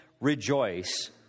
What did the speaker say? rejoice